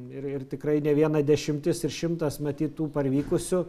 ir ir tikrai ne viena dešimtis ir šimtas matyt tų parvykusių